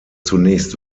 zunächst